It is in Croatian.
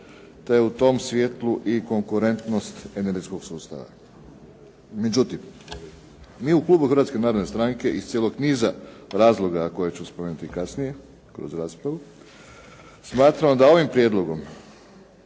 te u tom svjetlu i konkurentnost energetskog sustava. Međutim, mi u klubu Hrvatske narodne stranke iz cijelog niza razloga, koje ću spomenuti kasnije kroz raspravu, smatramo da ovim prijedlogom